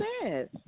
says